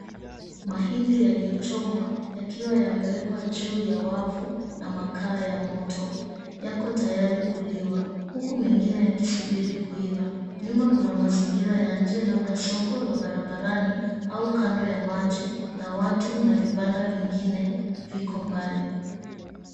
Mahindi yaliyochomwa yakiwa yamewekwa juu ya wavu na makaa ya moto yako tayari kuliwa, huku mengine yakisubiri kuiva. Nyuma kuna mazingira ya nje labda soko la barabarani au kando ya maji na watu na vibanda vingine viko mbali.